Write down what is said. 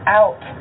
out